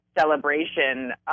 celebration